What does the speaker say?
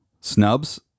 Snubs